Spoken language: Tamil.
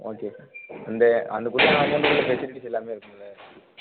ஓகே சார் அந்த அந்த அதுக்குள்ள அமௌண்ட்டுக்குள்ள ஃபெசிலிட்டிஸ் எல்லாமே இருக்குமில்ல